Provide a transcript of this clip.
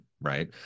right